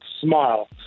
SMILE